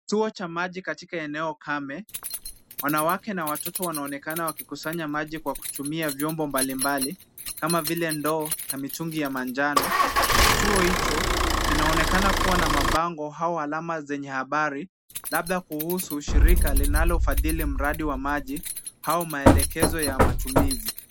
Kituo cha maji katika eneo kame, wanawake na watoto wanaonekana wakikusanya maji kwa kutumia viombo mbalimbali kama vile ndoo na mitungi ya manjano, kituo hicho kinaonekana kuwa na mabango au alama zenye habari, labda kuhusu shirika linalofadhili mradi wa maji au maelekezo ya matumizi.